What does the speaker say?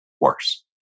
worse